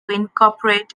incorporate